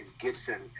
gibson